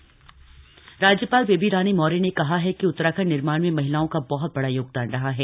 राज्यपाल परेड सलामी राज्यपाल बेबी रानी मौर्य ने कहा है कि उत्तराखण्ड निर्माण में महिलाओं का बहत बड़ा योगदान रहा है